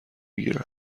گیرم